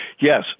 Yes